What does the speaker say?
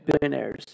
Billionaires